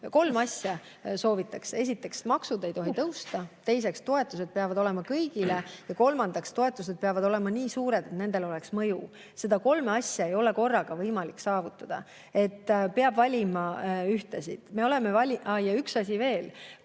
kolme asja. Esiteks, maksud ei tohi tõusta, teiseks, toetused peavad olema kõigile, ja kolmandaks, toetused peavad olema nii suured, et nendel oleks mõju. Neid kolme asja ei ole korraga võimalik saavutada, peab valima ühe. Üks asi